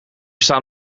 staan